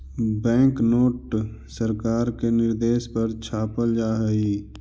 bank note सरकार के निर्देश पर छापल जा हई